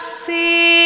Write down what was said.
see